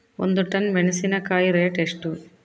ಒಂದು ಟನ್ ಮೆನೆಸಿನಕಾಯಿ ರೇಟ್ ಎಷ್ಟು?